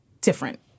different